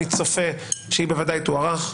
אני צופה שהיא בוודאי תוארך,